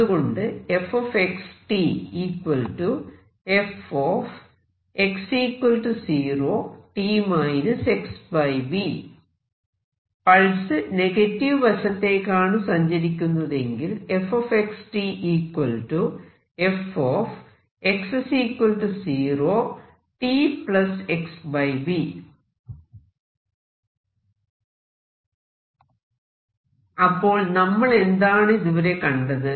അതുകൊണ്ട് pulse negative വശത്തേക്കാണ് സഞ്ചരിക്കുന്നതെങ്കിൽ അപ്പോൾ നമ്മളെന്താണ് ഇതുവരെ കണ്ടത്